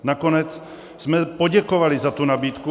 Nakonec jsme poděkovali za tu nabídku.